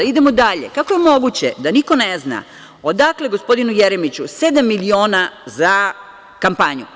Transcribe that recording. Idemo dalje, kako je moguće da niko ne zna odakle gospodinu Jeremiću sedam miliona za kampanju.